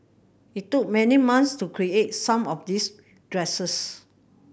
it took many months to create some of these dresses